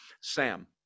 Sam